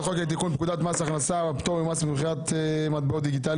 לתיקון פקודת הכנסה (פטור ממס במכירת מטבעות דיגיטליים